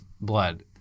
blood